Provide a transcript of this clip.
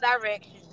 directions